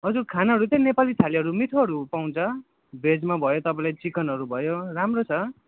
हजुर खानाहरू चाहिँ नेपाली थालीहरू मिठोहरू पाउँछ भेजमा भयो तपाईँलाई चिकनहरू भयो राम्रो छ